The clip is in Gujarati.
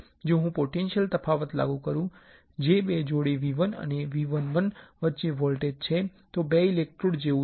જો હું પોટેંશિયલ તફાવત લાગુ કરું જે બે જોડી V1 અને V11 વચ્ચે વોલ્ટેજ છે તે બે ઇલેક્ટ્રોડ જેવુ છે